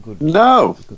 No